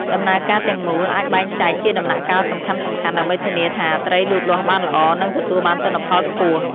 ដំណើរការទាំងមូលអាចបែងចែកជាដំណាក់កាលសំខាន់ៗ ដើម្បីធានាថាត្រីលូតលាស់បានល្អ និងទទួលបានទិន្នផលខ្ពស់។